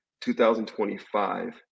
2025